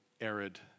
arid